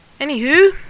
anywho